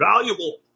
valuable